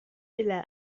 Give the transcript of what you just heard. إلى